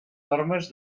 normes